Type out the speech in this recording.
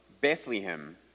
Bethlehem